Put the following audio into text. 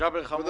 ג'אבר חמוד